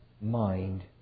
mind